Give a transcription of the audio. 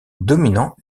dominant